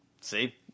See